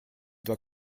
doit